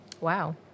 Wow